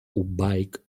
bike